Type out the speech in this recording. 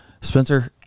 Spencer